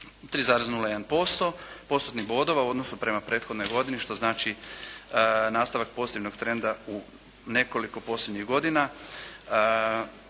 3,01% postotnih bodova u odnosu prema prethodnoj godini što znači nastavak pozitivnog trenda u nekoliko posljednjih godina